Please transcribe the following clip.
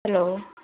hello